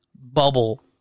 bubble